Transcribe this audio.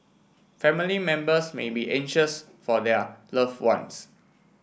family members may be anxious for their loved ones